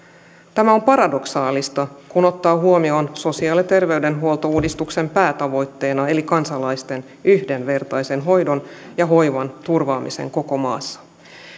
tämä on paradoksaalista kun ottaa huomioon sosiaali ja terveydenhuoltouudistuksen päätavoitteen eli kansalaisten yhdenvertaisen hoidon ja hoivan turvaamisen koko maassa